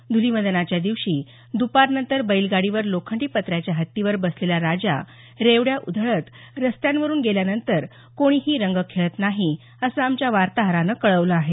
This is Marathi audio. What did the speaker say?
ध्रलिवंदनाच्या दिवशी दपारनंतर बैलगाडीवर लोखंडी पत्र्याच्या हत्तीवर बसलेला राजा रेवड्या उधळत रस्त्यांवरून गेल्यानंतर कोणीही रंग खेळत नाही असं आमच्या वार्ताहरानं कळवलं आहे